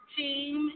team